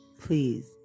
please